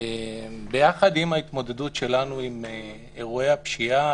ביחד עם ההתמודדות שלנו עם אירועי הפשיעה,